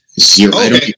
Zero